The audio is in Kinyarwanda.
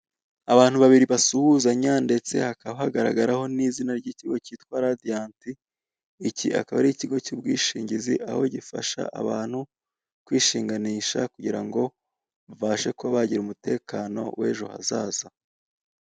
Abantu babiri basuhuzanya ndetse hakaba hagaragaraho n'izina ry'ikigo kitwa Radiyanti, iki akaba ari ikigo cy'ubwishingizi aho gifasha abantu kwishinganisha kugira ngo babashe kuba bagira umutekano w'ejo hazaza.